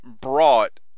brought